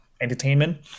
entertainment